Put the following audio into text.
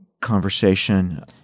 conversation